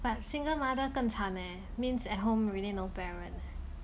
but single mother 更惨 eh means at home really no parent eh